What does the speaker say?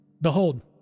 Behold